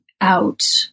out